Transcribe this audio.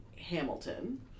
Hamilton